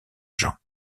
jean